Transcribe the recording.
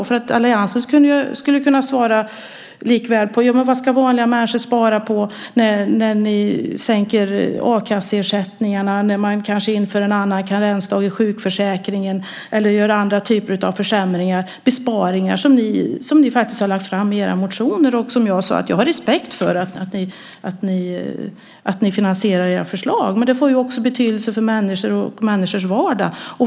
Ni i alliansen skulle ju likaväl kunna svara på frågan vad vanliga människor ska spara på när ni sänker a-kasseersättningarna och kanske inför ändrad karensdag i sjukförsäkringen eller gör andra typer av försämringar - besparingar som ni faktiskt har lagt fram förslag om i era motioner. Jag har respekt för att ni finansierar era förslag, men det får också betydelse för människor och människors vardag.